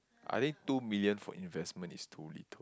I think two million for investment is too little